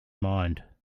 mind